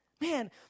Man